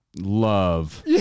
love